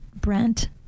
Brent